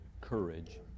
courage